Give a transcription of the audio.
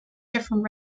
different